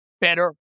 better